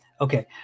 Okay